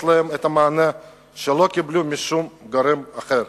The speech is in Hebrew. להן את המענה שלא קיבלו משום גורם אחר.